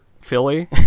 Philly